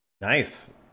Nice